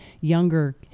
younger